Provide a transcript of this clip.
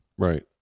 Right